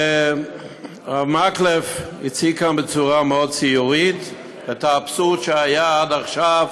הרב מקלב הציג כאן בצורה מאוד ציורית את האבסורד שהיה עד עכשיו